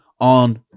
on